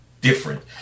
different